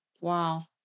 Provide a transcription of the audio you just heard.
Wow